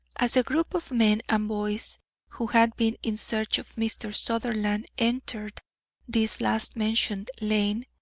as the group of men and boys who had been in search of mr. sutherland entered this last-mentioned lane,